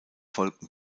folgten